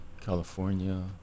California